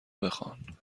بخوان